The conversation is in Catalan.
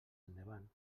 endavant